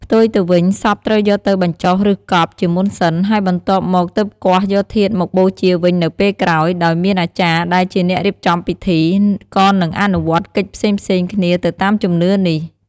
ផ្ទុយទៅវិញ សពត្រូវយកទៅបញ្ចុះ ឬកប់ ជាមុនសិន ហើយបន្ទាប់មកទើបគាស់យកធាតុមកបូជាវិញនៅពេលក្រោយ ដោយមានអាចារ្យដែលជាអ្នករៀបចំពិធី ក៏នឹងអនុវត្តកិច្ចផ្សេងៗគ្នាទៅតាមជំនឿនេះ។